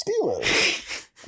Steelers